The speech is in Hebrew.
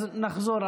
אז נחזור.